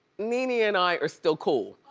nene and i are still cool.